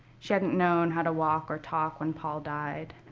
she hadn't known how to walk or talk when paul died.